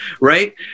right